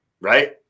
right